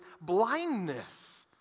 blindness